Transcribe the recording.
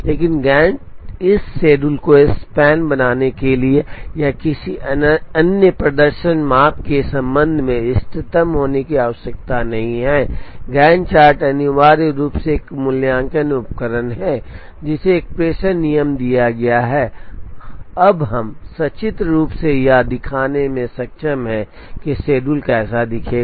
लेकिन गैंट इस शेड्यूल को स्पैन बनाने के लिए या किसी अन्य प्रदर्शन माप के संबंध में इष्टतम होने की आवश्यकता नहीं है गैंट चार्ट अनिवार्य रूप से एक मूल्यांकन उपकरण है जिसे एक प्रेषण नियम दिया गया है अब हम सचित्र रूप से यह दिखाने में सक्षम हैं कि शेड्यूल कैसा दिखेगा